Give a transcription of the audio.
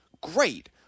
great